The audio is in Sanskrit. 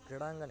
क्रीडाङ्गणे